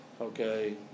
Okay